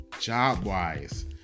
job-wise